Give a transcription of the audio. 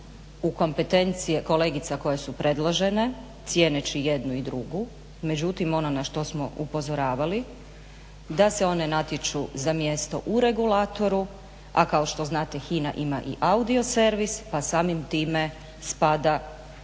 u kompetencije kolegica koje su predložene cijeneći jednu i drugu, međutim ono na što smo upozoravali da se one natječu za mjesto u regulatoru, a kao što znate HINA ima i audio servis, pa samim time spada pod